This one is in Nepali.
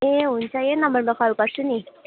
ए हुन्छ यही नम्बरमा कल गर्छु नि